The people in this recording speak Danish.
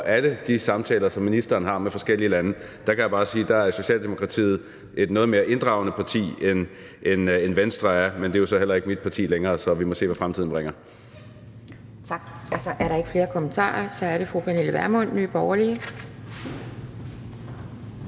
alle de samtaler, som ministeren har med forskellige lande. Der kan jeg bare sige, at der er Socialdemokratiet et noget mere inddragende parti, end Venstre er, men det er jo så heller ikke længere mit parti, så vi må se, hvad fremtiden bringer. Kl. 12:21 Anden næstformand (Pia Kjærsgaard): Tak. Der er ikke flere, der har kommentarer. Så er det fru Pernille Vermund, Nye Borgerlige.